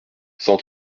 cent